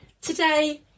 today